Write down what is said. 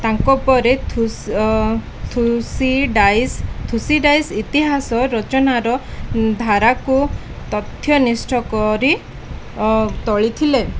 ତାଙ୍କ ପରେ Thucydides Thucydides ଇତିହାସ ରଚନାର ଧାରାକୁ ତଥ୍ୟ ନିିଷ୍ଠ କରି ତୋଳିଥିଲେ